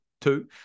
two